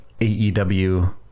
AEW